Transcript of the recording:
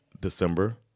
December